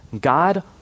God